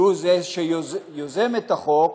שהוא זה שיוזם את החוק,